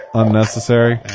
unnecessary